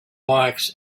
box